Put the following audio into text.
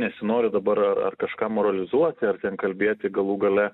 nesinori dabar ar ar kažką moralizuoti ar ten kalbėti galų gale